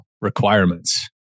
requirements